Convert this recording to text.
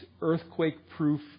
earthquake-proof